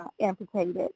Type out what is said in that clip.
amputated